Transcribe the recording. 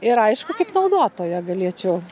ir aišku kaip naudotoja galėčiau